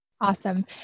Awesome